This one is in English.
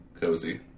Cozy